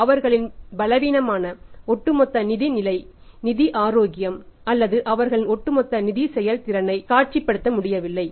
அவர்களின் பலவீனமான ஒட்டுமொத்த நிதி நிலை நிதி ஆரோக்கியம் அல்லது அவர்களின் ஒட்டுமொத்த நிதி செயல்திறனைக் காட்சிப்படுத்த முடியவில்லை